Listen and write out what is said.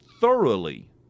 thoroughly